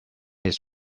his